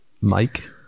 Mike